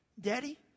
Daddy